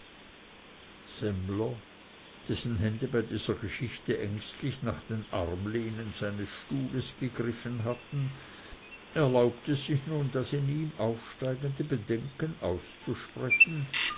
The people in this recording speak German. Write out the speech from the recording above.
semmler dessen hände bei dieser geschichte ängstlich nach den armlehnen seines stuhls gegriffen hatten erlaubte sich nun das in ihm aufsteigende bedenken auszusprechen